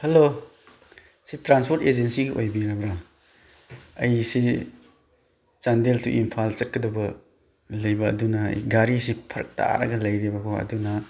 hello ꯁꯤ transport ꯑꯦꯖꯦꯟꯁꯤꯒꯤ ꯑꯣꯏꯕꯤꯔꯕ꯭ꯔꯥ ꯑꯩꯁꯤ ꯆꯥꯟꯗꯦꯜ ꯇꯨ ꯏꯝꯐꯥꯜ ꯆꯠꯀꯗꯕ ꯂꯩꯕ ꯑꯗꯨꯅ ꯒꯥꯔꯤꯁꯤ ꯐꯔꯛ ꯇꯥꯔꯒ ꯂꯩꯔꯦꯕꯀꯣ ꯑꯗꯨꯅ